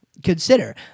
Consider